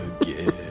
again